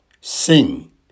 sing